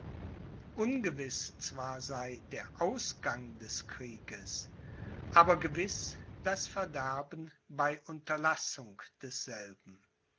zwar sei der ausgang des krieges aber gewiß das verderben bei unterlassung desselben